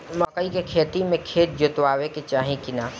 मकई के खेती मे खेत जोतावे के चाही किना?